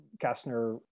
Kastner